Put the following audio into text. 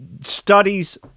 studies